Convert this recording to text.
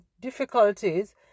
difficulties